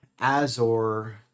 Azor